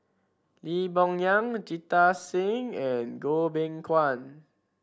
Lee Boon Yang Jita Singh and Goh Beng Kwan